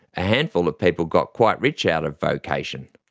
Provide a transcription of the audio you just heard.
a handful of people got quite rich out of vocation.